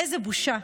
איזו בושה.